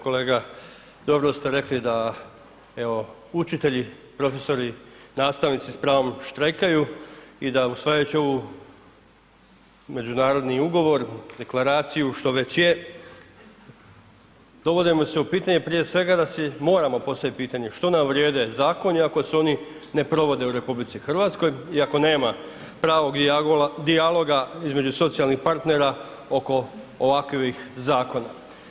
Kolega, dobro ste rekli da evo učitelji, profesori, nastavnici s pravom štrajkaju i da usvajajući ovu međunarodni ugovor, deklaraciju, što već je dovodimo se u pitanje prije svega da si moramo postaviti pitanje što nam vrijede zakoni, ako se oni ne provode u RH i ako nema pravog dijaloga između socijalnih partnera oko ovakvih zakona.